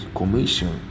commission